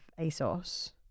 ASOS